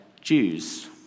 Jews